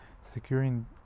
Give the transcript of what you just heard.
securing